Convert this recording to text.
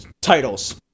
Titles